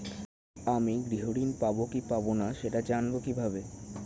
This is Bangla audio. আমি গৃহ ঋণ পাবো কি পাবো না সেটা জানবো কিভাবে?